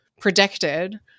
predicted